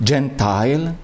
Gentile